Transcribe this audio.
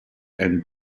and